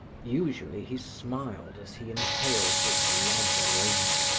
usually he smiled as he inhaled this love aroma,